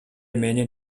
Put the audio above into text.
менин